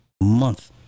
month